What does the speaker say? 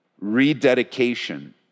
rededication